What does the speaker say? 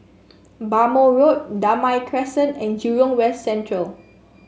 Bhamo Road Damai Crescent and Jurong West Central